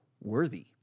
worthy